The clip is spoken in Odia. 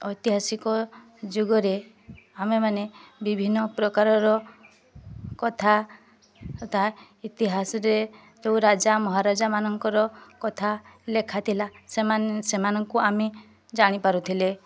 ଐତିହାସିକ ଯୁଗରେ ଆମେମାନେ ବିଭିନ୍ନ ପ୍ରକାରର କଥା ତଥା ଇତିହାସରେ ଯେଉଁ ରାଜା ମହାରାଜା ମାନଙ୍କର କଥା ଲେଖାଥିଲା ସେମାନ ସେମାନଙ୍କୁ ଆମେ ଜାଣିପାରୁଥିଲେ